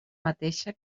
mateixa